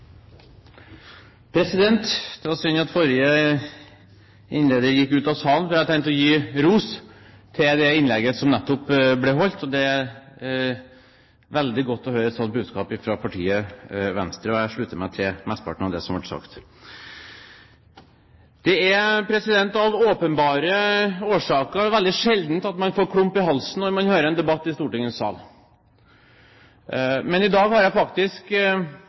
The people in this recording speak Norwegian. sin. Det var synd at forrige taler gikk ut av salen, for jeg hadde tenkt å gi ros til det innlegget som nettopp ble holdt. Det er veldig godt å høre et slikt budskap fra partiet Venstre, og jeg slutter meg til mesteparten av det som ble sagt. Av åpenbare årsaker er det veldig sjelden at man får klump i halsen når man hører en debatt i stortingssalen. Men i dag har jeg faktisk